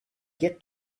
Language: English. get